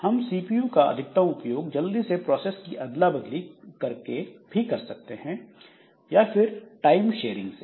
हम सीपीयू का अधिकतम उपयोग जल्दी से प्रोसेस की अदला बदली कर कर सकते हैं या फिर टाइम शेयरिंग से